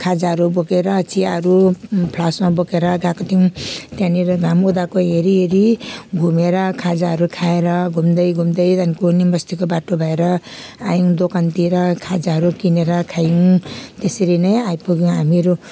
खाजाहरू बोकेर चियाहरू फ्लास्कमा बोकेर गएको थियौँ त्यहाँनेर घाम उदाएको हेरी हेरी घुमेर खाजाहरू खाएर घुम्दै घुम्दै त्यहाँदेखिको निम बस्तीको बाटो भएर आयौँ दोकानतिर खाजाहरू किनेर खायौँ त्यसरी नै आइपुग्यौँ हामीहरू